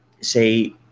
say